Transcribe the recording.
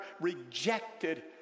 rejected